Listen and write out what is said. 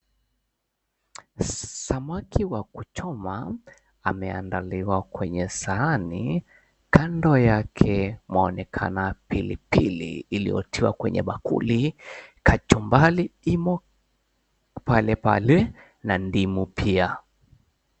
Samaki wa kuchoma ameandaliwa kwenye sahani. Kando yake mwaonekana pilipili iliyotiwa kwenye bakuli. Kachumbari imo pale pale na ndimu pia.